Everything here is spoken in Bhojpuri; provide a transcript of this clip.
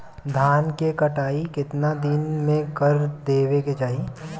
धान क कटाई केतना दिन में कर देवें कि चाही?